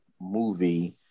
movie